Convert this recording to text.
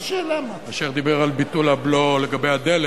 אשר דיבר על ביטול הבלו לגבי הדלק.